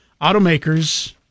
automakers